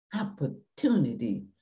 Opportunity